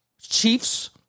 Chiefs